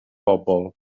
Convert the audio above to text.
bobl